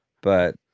But-